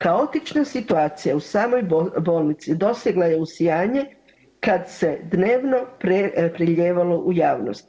Kaotična situacija u samoj bolnici dosegla je usijanje kad se dnevno prelijevalo u javnost.